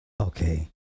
okay